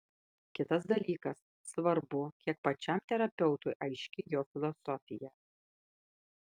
kitas dalykas svarbu kiek pačiam terapeutui aiški jo filosofija